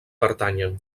pertanyen